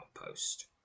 outpost